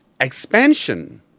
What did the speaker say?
expansion